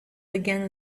began